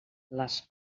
les